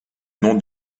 nom